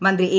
മന്ത്രി എ